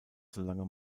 solange